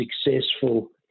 successful